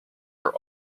are